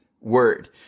word